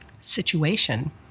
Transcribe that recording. situation